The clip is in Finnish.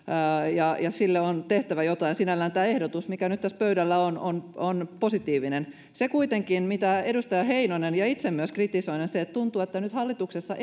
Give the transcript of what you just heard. ja sille on tehtävä jotain sinällään tämä ehdotus mikä nyt tässä pöydällä on on on positiivinen se kuitenkin mitä edustaja heinonen ja itse myös kritisoin on se että tuntuu ettei hallituksessa